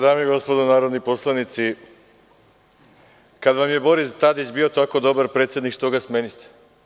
Dame i gospodo narodni poslanici, kada vam je Boris Tadić bio tako dobar predsednik, što ga smeniste?